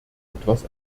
etwas